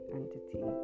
entity